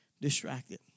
distracted